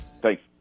thanks